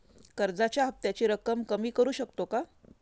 कर्जाच्या हफ्त्याची रक्कम कमी करू शकतो का?